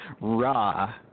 Raw